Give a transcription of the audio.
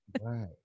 Right